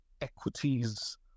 equities